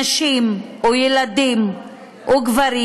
נשים, ילדים וגברים,